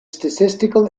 statistical